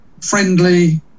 friendly